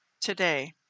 today